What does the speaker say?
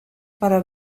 para